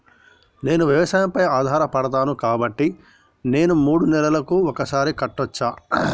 నేను వ్యవసాయం పై ఆధారపడతాను కాబట్టి నేను మూడు నెలలకు ఒక్కసారి కట్టచ్చా?